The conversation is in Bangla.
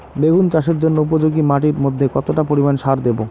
বেগুন চাষের জন্য উপযোগী মাটির মধ্যে কতটা পরিমান সার দেব?